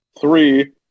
Three